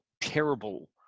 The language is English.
terrible